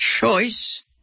choice